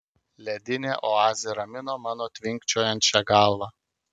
ledinė oazė ramino mano tvinkčiojančią galvą